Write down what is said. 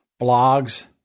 blogs